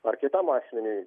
ar kitam asmeniui